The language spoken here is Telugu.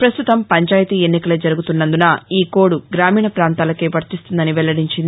ప్రస్తుతం పంచాయతీ ఎన్నికలే జరుగుతున్నందున ఈ కోడ్ గ్రామీణ ప్రాంతాలకే వర్తిస్తుందని వెల్లడించింది